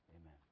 amen